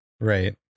right